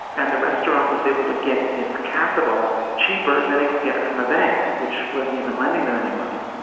and the restaurant was able to get its capital cheaper than it could get it from a bank, which wasn't even lending them any money.